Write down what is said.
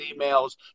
emails